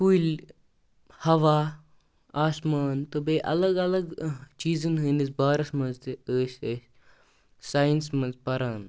کُلۍ ہوا آسمان تہٕ بیٚیہِ الگ الگ چیٖزَن ہٕنٛدِس بارَس منٛز تہِ ٲسۍ أسۍ ساینَس منٛز پَران